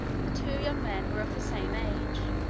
the two young men were of the same age,